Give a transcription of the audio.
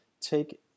take